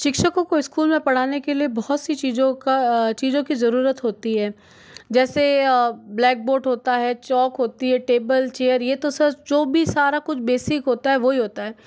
शिक्षकों को स्कूल में पढ़ाने के लिए बहुत सी चीज़ों का चीज़ों की ज़रूरत होती है जैसे ब्लैकबोर्ड होता है चौक होती है टेबल चेयर यह तो सच जो भी सारा कुछ बेसिक होता है वही होता है